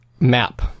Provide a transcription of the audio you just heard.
map